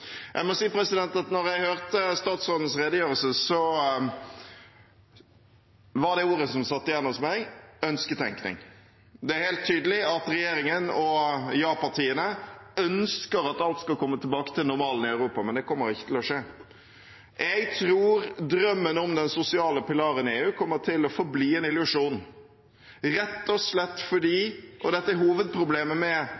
jeg hørte statsrådens redegjørelse, var ordet som satt igjen hos meg, «ønsketenkning». Det er helt tydelig at regjeringen og ja-partiene ønsker at alt skal komme tilbake til normalen i Europa, men det kommer ikke til å skje. Jeg tror drømmen om den sosiale pilaren i EU kommer til å forbli en illusjon, rett og slett